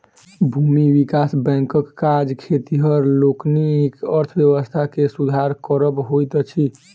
भूमि विकास बैंकक काज खेतिहर लोकनिक अर्थव्यवस्था के सुधार करब होइत अछि